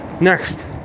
Next